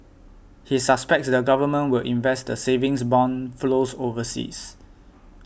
he suspects the government would invest the savings bond flows overseas